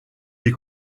des